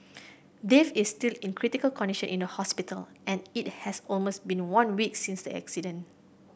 Dave is still in critical condition in the hospital and it has almost been one week since the accident